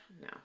No